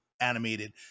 animated